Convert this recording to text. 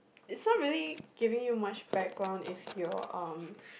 it's not really giving you much background if your um